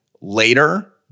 later